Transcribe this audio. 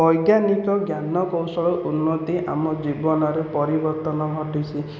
ବୈଜ୍ଞାନିକ ଜ୍ଞାନ କୌଶଳ ଉନ୍ନତି ଆମ ଜୀବନରେ ପରିବର୍ତ୍ତନ ଘଟିଛି